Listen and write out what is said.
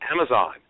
Amazon